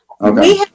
Okay